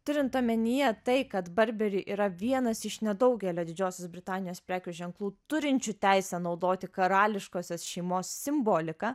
turint omenyje tai kad burberry yra vienas iš nedaugelio didžiosios britanijos prekių ženklų turinčių teisę naudoti karališkosios šeimos simboliką